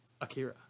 akira